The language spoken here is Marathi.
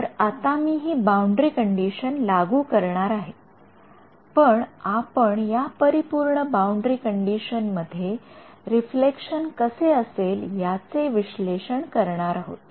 र आता मी हि बाउंडरी कंडिशन लागू करणार आहे पण आपण या परिपूर्ण बाउंडरी कंडिशन मध्ये रिफ्लेक्शन कसे असेल याचे विश्लेषण करणार आहोत